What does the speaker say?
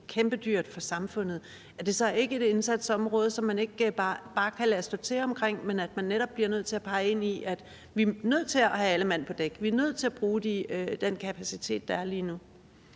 meget dyrt for samfundet. Er det så ikke et indsatsområde, som man ikke bare kan lade stå til omkring, men hvor man netop bliver nødt til at pege på, at vi er nødt til at have alle mand på dæk? Vi er nødt til at bruge den kapacitet, der er lige nu.